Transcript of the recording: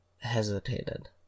hesitated